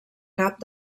cap